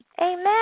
Amen